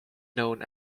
known